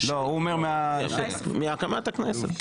מהקמת הכנסת.